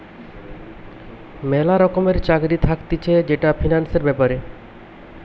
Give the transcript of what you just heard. ম্যালা রকমের চাকরি থাকতিছে যেটা ফিন্যান্সের ব্যাপারে